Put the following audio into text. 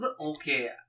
Okay